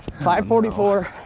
544